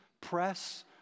Press